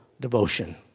devotion